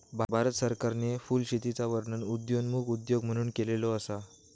भारत सरकारने फुलशेतीचा वर्णन उदयोन्मुख उद्योग म्हणून केलेलो असा